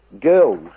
girls